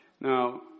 Now